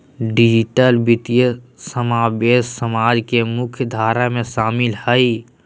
digital वित्तीय समावेश समाज के मुख्य धारा में शामिल हइ